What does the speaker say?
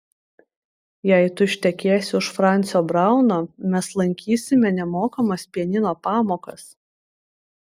jei tu ištekėsi už francio brauno mes lankysime nemokamas pianino pamokas